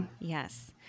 Yes